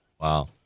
Wow